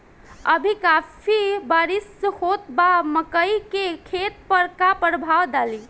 अभी काफी बरिस होत बा मकई के खेत पर का प्रभाव डालि?